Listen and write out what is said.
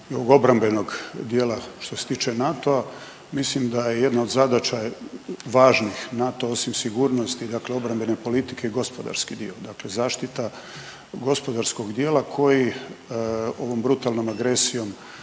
obrambenog dijela što se tiče NATO-a mislim da je jedna od zadaća je važnih NATO-a osim sigurnosti dakle obrambene politike i gospodarski dio, dakle zaštita gospodarskog dijela koji ovom brutalnom agresijom